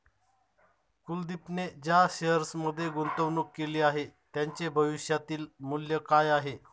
कुलदीपने ज्या शेअर्समध्ये गुंतवणूक केली आहे, त्यांचे भविष्यातील मूल्य काय आहे?